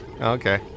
Okay